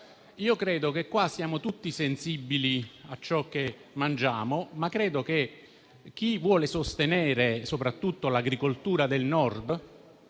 di Treviso. Siamo tutti sensibili a ciò che mangiamo, ma credo che chi vuole sostenere soprattutto l'agricoltura del Nord